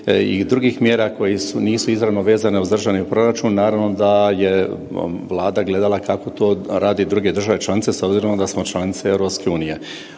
i drugih mjera koji nisu izravno vezane uz državni proračun, naravno da je Vlada gledala kako to rade druge države članice s obzirom da smo članice EU.